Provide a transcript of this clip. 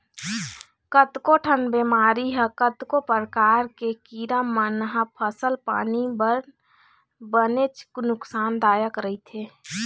कतको ठन बेमारी ह कतको परकार के कीरा मन ह फसल पानी बर बनेच नुकसान दायक रहिथे